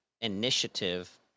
initiative